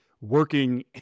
working